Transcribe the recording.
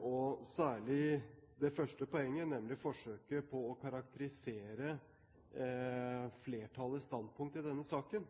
og særlig når det gjelder det første poenget, nemlig forsøket på å karakterisere flertallets standpunkt i denne saken.